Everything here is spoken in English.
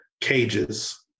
cages